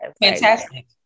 fantastic